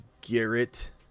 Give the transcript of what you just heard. Garrett